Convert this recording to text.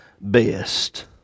best